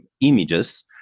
images